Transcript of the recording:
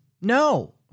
No